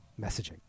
messaging